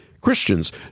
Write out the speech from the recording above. Christians